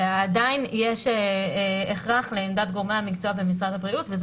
עדיין יש הכרח לעמדת גורמי המקצוע במשרד הבריאות וזה